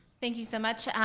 thank you so much.